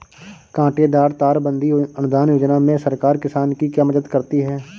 कांटेदार तार बंदी अनुदान योजना में सरकार किसान की क्या मदद करती है?